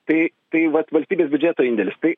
tai taip vat valstybės biudžeto indėlis tai